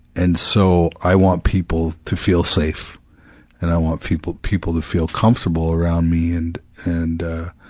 and so, i want people to feel safe and i want people people to feel comfortable around me, and, and ah,